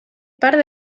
part